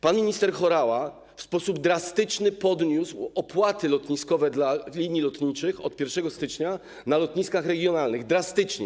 Pan minister Horała w sposób drastyczny podniósł opłaty lotniskowe dla linii lotniczych od 1 stycznia na lotniskach regionalnych - drastycznie.